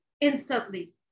instantly